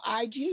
IG